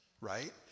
right